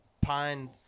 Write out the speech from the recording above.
pine